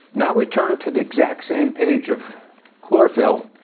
now we turn to the exact same page of chlorophyll.